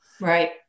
Right